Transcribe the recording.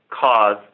cause